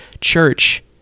church